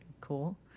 cool